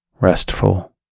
restful